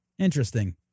Interesting